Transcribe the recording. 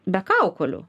be kaukolių